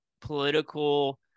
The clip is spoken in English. political